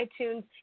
iTunes